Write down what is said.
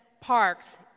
parks